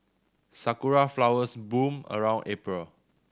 sakura flowers bloom around April